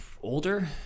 older